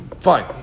Fine